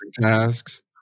tasks